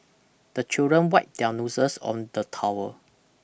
the children wipe their noses on the towel